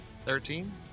Thirteen